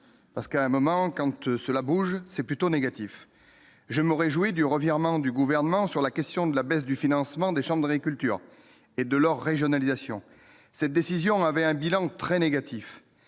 parce qu'à un moment quand eux cela bouge c'est plutôt négatif, je me réjouis du revirement du gouvernement sur la question de la baisse du financement des chambres d'agriculture et de leur régionalisation cette décision avait un bilan très négatif,